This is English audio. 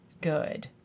good